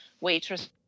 waitress